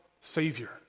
Savior